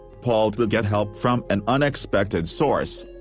paul did get help from an unexpected source.